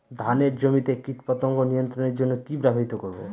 ধানের জমিতে কীটপতঙ্গ নিয়ন্ত্রণের জন্য কি ব্যবহৃত করব?